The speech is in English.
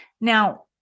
Now